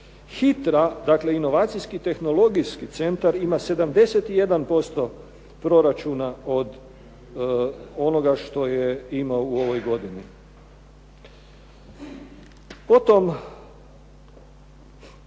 Hitra, dakle inovacijski tehnologijski centar ima 71% proračuna od onoga što ima u ovoj godini. Potom